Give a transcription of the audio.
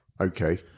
Okay